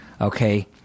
okay